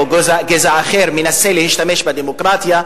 או גזע אחר מנסה להשתמש בדמוקרטיה,